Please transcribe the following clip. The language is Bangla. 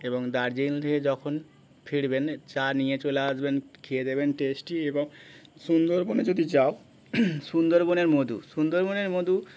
এবং দার্জিলিং থেকে যখন ফিরবেন চা নিয়ে চলে আসবেন খেয়ে দেখবেন টেস্টি এবং সুন্দরবনে যদি যাও সুন্দরবনের মধু সুন্দরবনের মধু